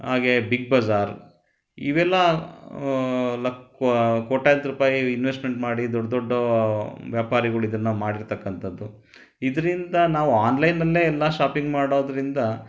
ಹಾಗೇ ಬಿಗ್ ಬಜಾರ್ ಇವೆಲ್ಲ ಲ ಕೋಟ್ಯಂತ್ರೂಪಾಯಿ ಇನ್ವೆಸ್ಟ್ಮೆಂಟ್ ಮಾಡಿ ದೊಡ್ಡ ದೊಡ್ಡ ವ್ಯಾಪಾರಿಗಳು ಇದನ್ನು ಮಾಡಿರತಕ್ಕಂಥದ್ದು ಇದರಿಂದ ನಾವು ಆನ್ಲೈನಲ್ಲೇ ಎಲ್ಲ ಶಾಪಿಂಗ್ ಮಾಡೋದರಿಂದ